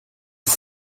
ist